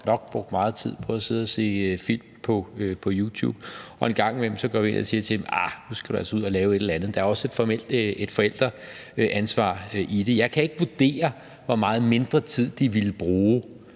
nok brugt meget tid på at sidde og se film på YouTube. Engang imellem går vi ind og siger til dem: Arh, nu skal du altså ud og lave et eller andet. Der er også et forældreansvar i det. Jeg kan ikke vurdere, hvor meget mindre tid de ville bruge,